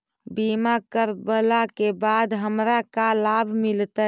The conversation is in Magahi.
बीमा करवला के बाद हमरा का लाभ मिलतै?